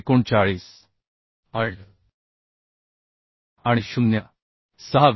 8 आणि 0